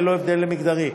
ללא הבדל מגדרי.